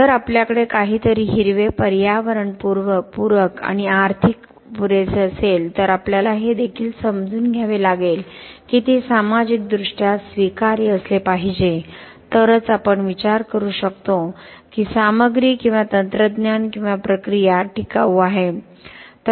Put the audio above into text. जर आपल्याकडे काहीतरी हिरवे पर्यावरणपूरक आणि आर्थिक पुरेसे असेल तर आपल्याला हे देखील समजून घ्यावे लागेल की ते सामाजिकदृष्ट्या स्वीकार्य असले पाहिजे तरच आपण विचार करू शकतो की सामग्री किंवा तंत्रज्ञान किंवा प्रक्रिया टिकाऊ आहे